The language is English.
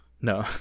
No